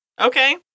Okay